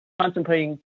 contemplating